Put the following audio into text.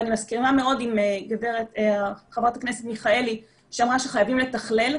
ואני מסכימה מאוד עם חברת הכנסת מיכאלי שאמרה שחייבים לתכלל,